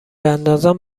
اندازان